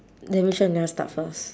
then which one do you start first